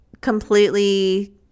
completely